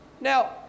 Now